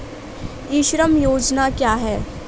ई श्रम योजना क्या है?